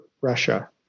Russia